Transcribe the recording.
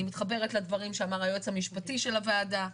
אני מתחברת לדברים שאמר היועץ המשפטי של הוועדה.